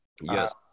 Yes